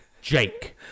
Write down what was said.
Jake